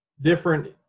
different